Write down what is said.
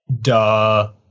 duh